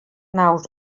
naus